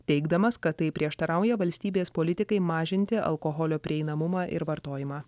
teigdamas kad tai prieštarauja valstybės politikai mažinti alkoholio prieinamumą ir vartojimą